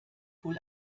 wohl